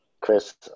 chris